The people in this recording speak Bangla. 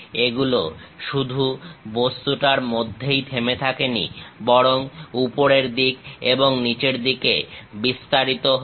এগুলো শুধু বস্তুটার মধ্যেই থেমে থাকেনি বরং উপরের দিক এবং নিচের দিকে বিস্তারিত হয়েছে